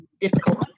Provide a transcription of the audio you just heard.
difficult